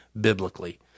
biblically